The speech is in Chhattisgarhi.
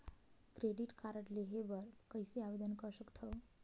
क्रेडिट कारड लेहे बर कइसे आवेदन कर सकथव?